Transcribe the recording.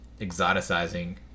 exoticizing